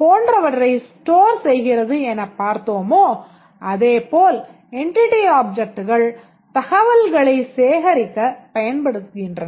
போன்றவற்றை ஸ்டோர் செய்கிறது எனப் பார்தோமோ அதேபோல் entity objectகள் தகவல்களை சேகரிக்கப் பயன்படுகின்றன